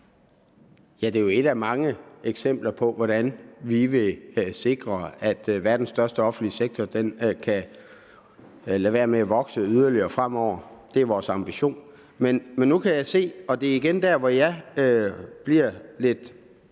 (V): Det er jo et af mange eksempler på, hvordan vi vil sikre, at verdens største offentlige sektor ikke vokser yderligere fremover, for det er vores ambition. Nu kan jeg se på ordføreren, og det er igen der, hvor jeg bliver lidt